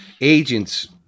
agents